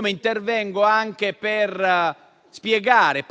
ma intervengo anche per spiegare